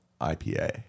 IPA